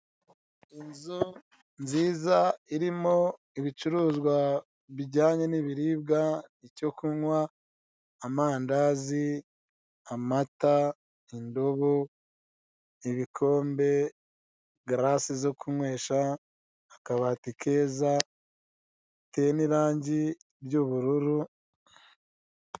Inzu nziza irimo ibicuruzwa bijyanye n'ibiribwa, icyo kunywa, amandazi, amata, indobo, ibikombe, garasi zo kunywesha, akabati keza, iteye n'irangi ry'ubururu.